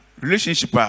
relationship